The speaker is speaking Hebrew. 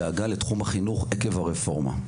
הדאגה לתחום החינוך עקב הרפורמה.